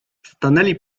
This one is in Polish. stanęli